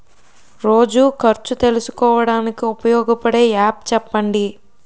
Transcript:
రోజు ఖర్చు తెలుసుకోవడానికి ఉపయోగపడే యాప్ చెప్పండీ?